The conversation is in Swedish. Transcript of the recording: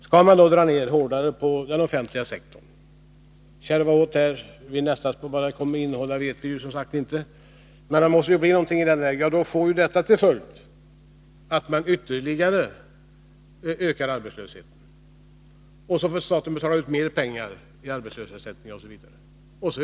Skall man dra ned hårdare på den offentliga sektorn och strama åt här eller där — vad nästa sparpaket kommer att innehålla vet vi som sagt inte — får detta till följd att man ytterligare ökar arbetslösheten, och då får staten betala ut mer i bl.a. arbetslöshetsersättningar.